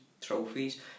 trophies